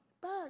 back